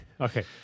okay